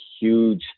huge